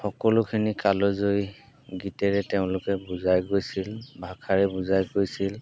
সকলোখিনি কালজৈ গীতেৰে তেওঁলোকে বুজাই গৈছিল ভাষাৰে বুজাই গৈছিল